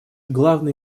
главный